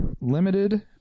Limited